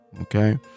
okay